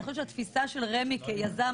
אני חושבת שהתפיסה של רמ"י כיזם,